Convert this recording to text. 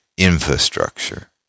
infrastructure